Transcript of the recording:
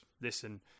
listen